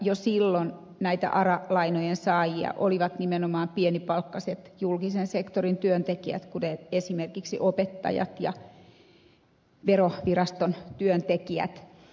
jo silloin näitä ara lainojen saajia olivat nimenomaan pienipalkkaiset julkisen sektorin työntekijät kuten esimerkiksi opettajat ja veroviraston työntekijät